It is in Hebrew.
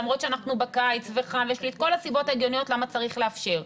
למרות שאנחנו בקיץ וחם ויש לי את כל הסיבות ההגיוניות למה צריך לאפשר.